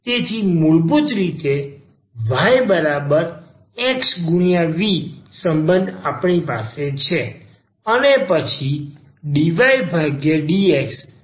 તેથી આ મૂળભૂત yxv સંબંધ આપણી પાસે છે